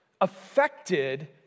affected